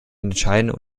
entscheidende